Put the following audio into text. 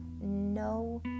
no